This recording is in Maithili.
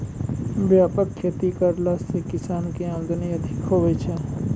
व्यापक खेती करला से किसान के आमदनी अधिक हुवै छै